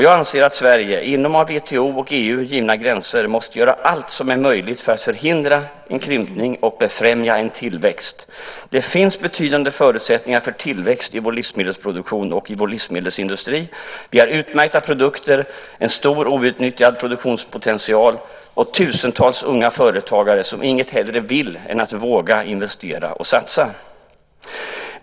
Jag anser att Sverige inom av WTO och EU givna gränser måste göra allt som är möjligt för att förhindra en krympning och befrämja en tillväxt. Det finns betydande förutsättningar för tillväxt i vår livsmedelsproduktion och i vår livsmedelsindustri. Vi har utmärkta produkter, en stor outnyttjad produktionspotential och tusentals unga företagare som inget hellre vill än att våga investera och satsa.